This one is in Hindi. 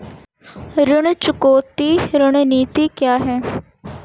ऋण चुकौती रणनीति क्या है?